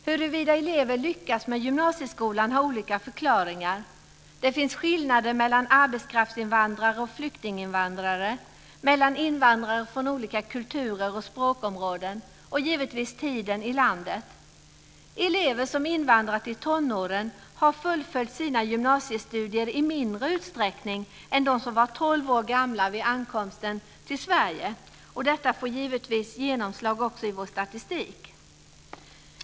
Huruvida eleverna lyckas i gymnasieskolan eller inte har olika förklaringar. Det finns skillnader mellan arbetskraftsinvandrare och flyktinginvandrare, mellan invandrare från olika kulturer och språkområden och givetvis skillnader när det gäller tiden i landet. Elever som invandrat i tonåren har fullföljt sina gymnasiestudier i mindre utsträckning än de som var tolv år gamla vid ankomsten till Sverige. Detta får givetvis genomslag också i vår statistik.